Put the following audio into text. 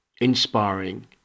inspiring